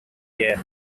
year